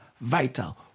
vital